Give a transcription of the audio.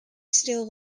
still